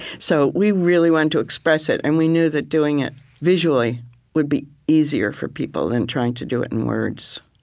so we really wanted to express it. and we knew that doing it visually would be easier for people than trying to do it in words,